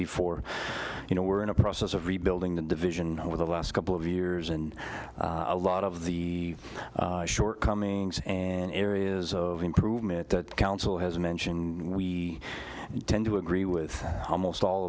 before you know we're in a process of rebuilding the division over the last couple of years and a lot of the shortcomings and areas of improvement that council has mentioned we tend to agree with almost all